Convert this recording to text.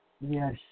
Yes